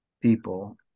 people